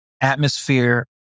atmosphere